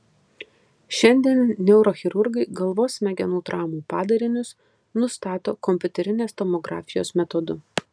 šiandien neurochirurgai galvos smegenų traumų padarinius nustato kompiuterinės tomografijos metodu